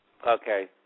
Okay